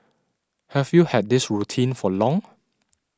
have you had this routine for long